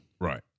Right